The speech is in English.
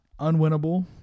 unwinnable